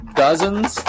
dozens